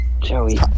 Joey